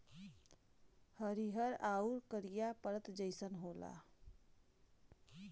हरिहर आउर करिया परत जइसन होला